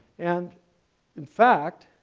and in fact,